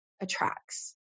attracts